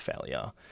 failure